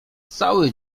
cały